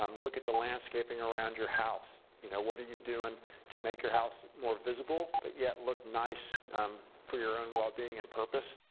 um look at the landscaping around your house you know. what are you doing to make your house more visible but yet look nice um for your own well being and purpose.